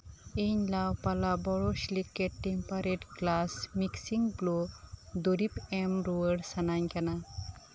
ᱤᱧ ᱞᱟ ᱯᱟᱞᱟᱣ borosilicate temperate glass mixing blow ᱫᱩᱨᱤᱵᱽ ᱮᱢ ᱨᱩᱣᱟᱹᱲ ᱥᱟᱱᱟᱧ ᱠᱟᱱᱟ